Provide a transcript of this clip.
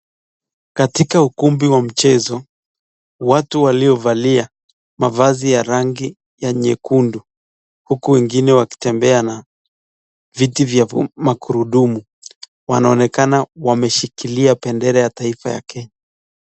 Katika ukumbi wa mchezo watu waliovalia mavazi ya rangi ya nyekundu huku wengine wakitembea na viti vya magurudumu wanaonekana wameshikilia bendera ya taifa ya Kenya.